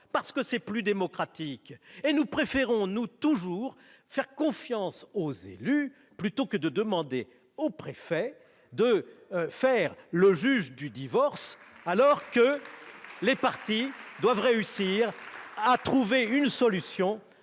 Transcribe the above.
Parce que c'est plus démocratique ! Et nous préférons, nous, toujours, faire confiance aux élus plutôt que de demander au préfet de se faire le juge du divorce. Les parties doivent réussir à trouver une solution